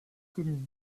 commune